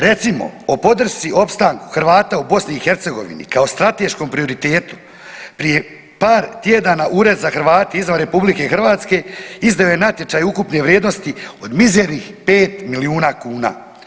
Recimo o podršci opstanku Hrvata u BiH kao strateškom prioritetu prije par tjedana Ured za Hrvate izvan RH izdao je natječaj ukupne vrijednosti od mizernih pet milijuna kuha.